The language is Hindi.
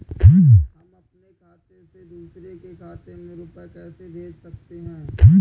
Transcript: हम अपने खाते से दूसरे के खाते में रुपये कैसे भेज सकते हैं?